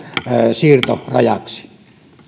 siirtorajaksi